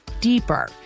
deeper